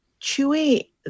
Chewy